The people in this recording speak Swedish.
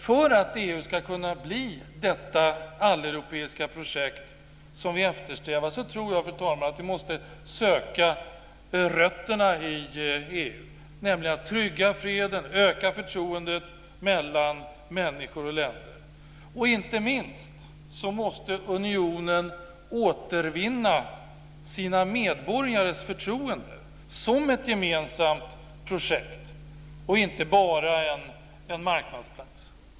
För att EU ska kunna bli det alleuropeiska projekt som vi eftersträvar så tror jag, fru talman, att vi måste söka rötterna i EU, nämligen att trygga freden och öka förtroendet mellan människor och länder. Inte minst måste också unionen återvinna sina medborgares förtroende som ett gemensamt projekt och inte bara en marknadsplats.